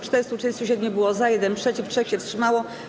437 było za, 1 - przeciw, 3 się wstrzymało.